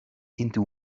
into